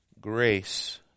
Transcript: grace